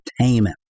entertainment